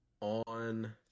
on